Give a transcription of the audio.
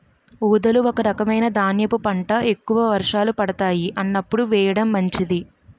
ఊదలు ఒక రకమైన ధాన్యపు పంట, ఎక్కువ వర్షాలు పడతాయి అన్నప్పుడు వేయడం మంచిది